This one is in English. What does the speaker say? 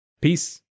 Peace